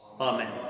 Amen